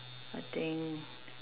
I think